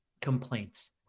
complaints